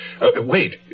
Wait